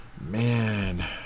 Man